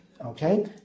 Okay